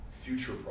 future